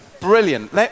Brilliant